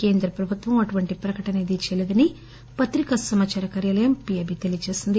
కేంద్ర ప్రభుత్వం ఇటువంటి ప్రకటన ఏదీ చేయలేదని కేంద్ర పత్రికా సమాచార కార్యాలయం పిఐబి తెలియచేసింది